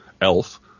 elf